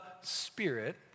Spirit